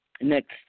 next